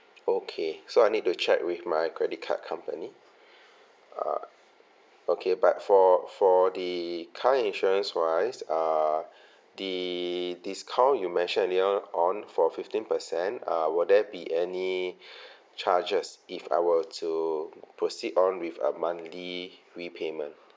okay so I need to check with my credit card company uh okay but for for the car insurance wise uh the discount you mentioned earlier on for fifteen per cent uh will there be any charges if I were to proceed on with a monthly repayment